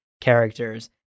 characters